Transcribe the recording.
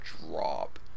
drop